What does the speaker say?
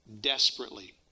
desperately